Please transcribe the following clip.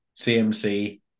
CMC